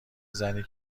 زنی